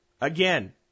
Again